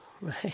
right